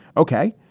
ok,